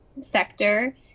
sector